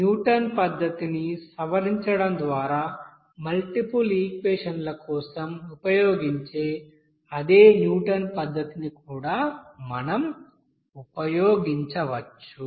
Newton పద్ధతిని సవరించడం ద్వారా మల్టిపుల్ ఈక్వెషన్ల కోసం ఉపయోగించే అదే న్యూటన్ పద్ధతిని కూడా మనం ఉపయోగించవచ్చు